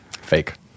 Fake